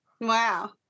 wow